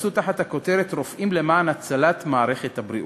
התכנסו תחת הכותרת "רופאים למען הצלת מערכת הבריאות",